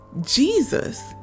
Jesus